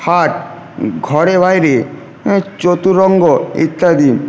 হাট ঘরে বাইরে চতুরঙ্গ ইত্যাদি